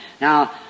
Now